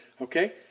Okay